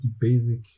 basic